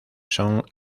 son